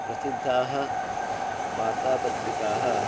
प्रसिद्धाः वार्तापत्रिकाः